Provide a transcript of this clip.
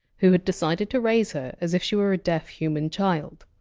who decided to raise her as if she were a deaf human child